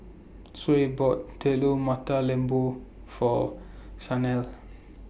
Suzy bought Telur Mata Lembu For Shanelle